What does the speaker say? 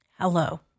Hello